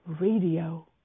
Radio